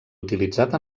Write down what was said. utilitzat